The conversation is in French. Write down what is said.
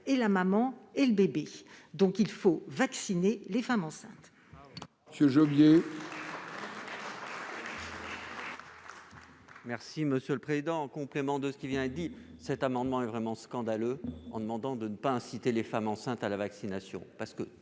et la maman et le bébé. Il faut vacciner les femmes enceintes